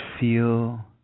feel